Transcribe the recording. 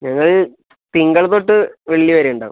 ഞങ്ങൾ തിങ്കൾ തൊട്ട് വെള്ളി വരെ ഉണ്ടാവും